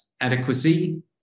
Adequacy